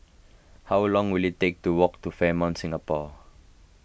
how long will it take to walk to Fairmont Singapore